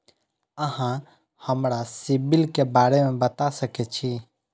अहाँ हमरा सिबिल के बारे में बता सके छी?